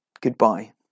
goodbye